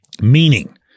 meaning